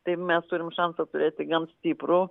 tai mes turim šansą turėti gan stiprų